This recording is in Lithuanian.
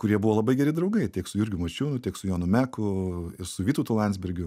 kurie buvo labai geri draugai tiek su jurgiu mačiūnu tiek su jonu meku ir su vytautu landsbergiu